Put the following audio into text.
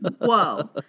Whoa